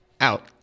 out